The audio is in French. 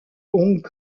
hong